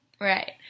right